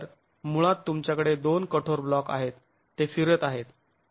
तर मुळात तुमच्याकडे दोन कठोर ब्लॉक आहेत ते फिरत आहेत